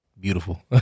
beautiful